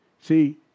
See